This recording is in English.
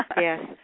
Yes